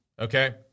okay